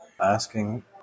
asking